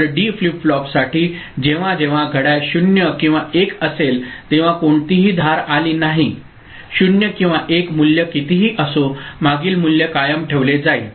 तर D flip फ्लॉपसाठी जेव्हा जेव्हा घड्याळ 0 किंवा 1 असेल तेव्हा कोणतीही धार आली नाही 0 किंवा 1 मूल्य कितीही असो मागील मूल्य कायम ठेवले जाईल